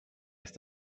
jest